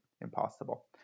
impossible